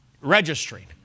registering